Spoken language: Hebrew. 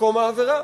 במקום העבירה,